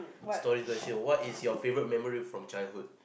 story question what is your favourite memory from childhood